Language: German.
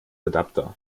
adapter